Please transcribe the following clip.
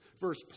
Verse